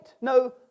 No